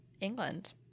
England